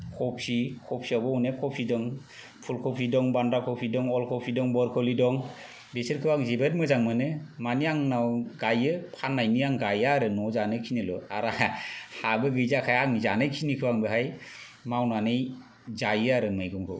कफि कफियाबो अनेक कफि दं फुलकफि दं बान्दा कफि दं अलकफि दं ब्रक'लि दं बेसोरखौ आं जोबोद मोजां मोनो माने आंनाव गायो फान्नायनि आं गाया आरो नआव जानोखिनिल' आरो हाबो गैजाखाया आं जानोखिनिखौ आं बेहाय मावनानै जायो आरो मैगंखौ